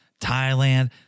Thailand